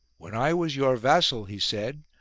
when i was your vassal, he said,